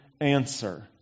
answer